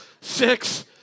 Six